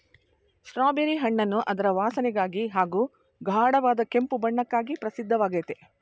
strawberry ಹಣ್ಣನ್ನು ಅದರ ವಾಸನೆಗಾಗಿ ಹಾಗೂ ಗಾಢವಾದ ಕೆಂಪು ಬಣ್ಣಕ್ಕಾಗಿ ಪ್ರಸಿದ್ಧವಾಗಯ್ತೆ